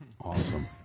Awesome